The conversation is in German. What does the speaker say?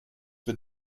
wird